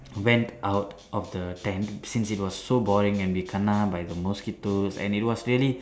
went out of the tent since it was so boring and we kena by the mosquitoes and it was really